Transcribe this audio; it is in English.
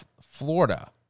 Florida